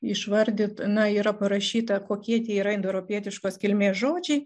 išvardyt na yra parašyta kokie tie yra indoeuropietiškos kilmės žodžiai